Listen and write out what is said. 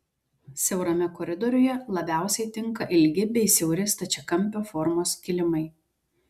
siaurame koridoriuje labiausiai tinka ilgi bei siauri stačiakampio formos kilimai